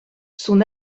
son